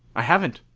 i haven't.